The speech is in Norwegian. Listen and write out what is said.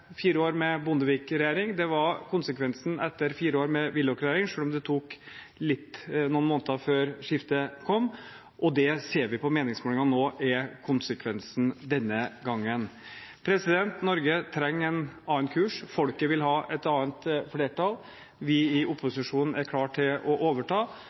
fire år med Bondevik-regjering, det var konsekvensen etter fire år med Willoch-regjering, selv om det tok noen måneder før skiftet kom, og det ser vi på meningsmålingene nå er konsekvensen denne gangen. Norge trenger en annen kurs. Folket vil ha et annet flertall. Vi i opposisjonen er klare til å overta,